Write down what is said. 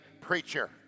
preacher